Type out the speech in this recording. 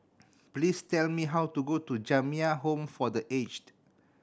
please tell me how to go to Jamiyah Home for The Aged